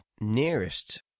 nearest